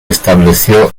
estableció